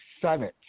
seventh